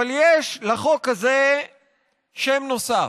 אבל יש לחוק הזה שם נוסף,